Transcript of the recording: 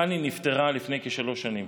חני נפטרה לפני כשלוש שנים.